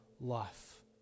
life